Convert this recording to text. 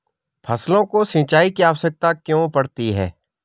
फसलों को सिंचाई की आवश्यकता क्यों पड़ती है?